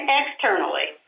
externally